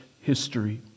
history